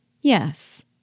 yes